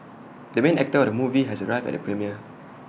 the main actor of the movie has arrived at the premiere